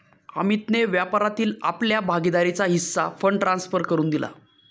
अमितने व्यापारातील आपला भागीदारीचा हिस्सा फंड ट्रांसफर करुन दिला